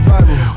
Bible